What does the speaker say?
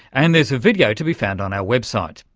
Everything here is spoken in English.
and there's a video to be found on our website.